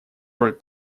роль